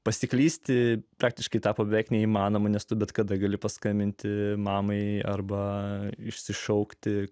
pasiklysti praktiškai tapo beveik neįmanoma nes tu bet kada gali paskambinti mamai arba išsišaukti